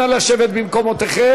נא לשבת במקומותיכם,